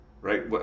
Right